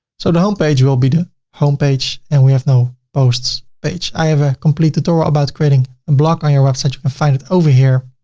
so the homepage will be the homepage and we have no posts page. i have a complete tutorial about creating a blog on your website, you can find it over here,